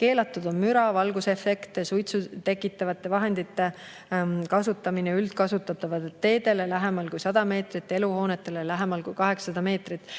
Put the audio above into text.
Keelatud on müra, valgusefektide, suitsu tekitavate vahendite kasutamine üldkasutatavatele teedele lähemal kui 100 meetrit, eluhoonetele lähemal kui 800 meetrit.